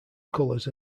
colors